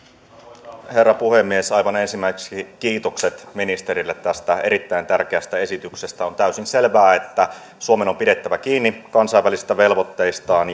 arvoisa herra puhemies aivan ensimmäiseksi kiitokset ministerille tästä erittäin tärkeästä esityksestä on täysin selvää että suomen on pidettävä kiinni kansainvälisistä velvoitteistaan